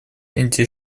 индия